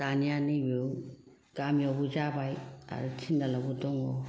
दानिया नैबे गामियावबो जाबाय आरो तिनालियावबो दङ